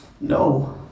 no